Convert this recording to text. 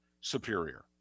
superior